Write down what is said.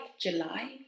July